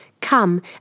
Come